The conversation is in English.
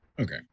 Okay